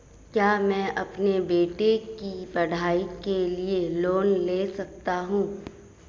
क्या मैं अपने बेटे की पढ़ाई के लिए लोंन ले सकता हूं?